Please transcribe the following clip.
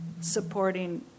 supporting